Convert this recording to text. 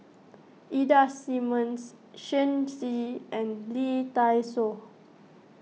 Ida Simmons Shen Xi and Lee Dai Soh